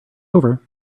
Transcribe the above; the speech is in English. over